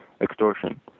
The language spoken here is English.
extortion